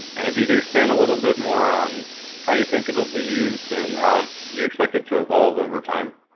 and if you could expand a bit more on how you think it will be used and how you expect it to evolve over time.